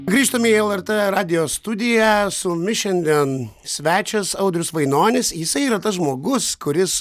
grįžtame į lrt radijo studiją su mumis šiandien svečias audrius vainonis jisai yra tas žmogus kuris